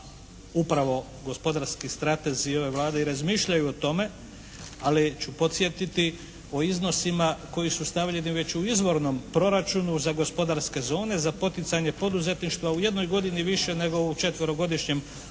upravo gospodarski stratezi ove Vlade i razmišljaju o tome, ali ću podsjetiti o iznosima koji su stavljeni već u izvornom proračunu za gospodarske zone za poticanje poduzetništva u jednoj godini više nego u četverogodišnjem mandatu